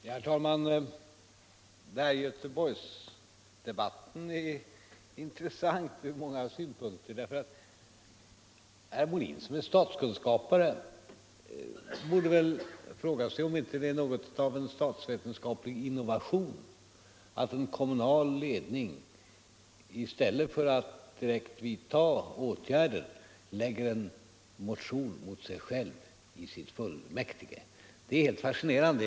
Herr talman! Den här Göteborgsdebatten är intressant från många synpunkter. Herr Molin, som är statsvetenskapare, borde fråga sig om det inte är något av en statsvetenskaplig innovation att en kommunal ledning i stället för att direkt vidta åtgärder lägger fram en motion mot sig själv i sitt fullmäktige. Det är helt fascinerande.